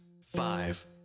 Five